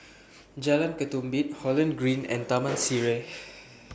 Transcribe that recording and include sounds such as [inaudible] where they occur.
Jalan Ketumbit Holland Green and Taman [noise] Sireh